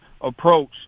approach